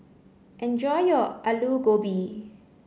enjoy your Alu Gobi